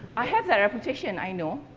i have that reputation, i know.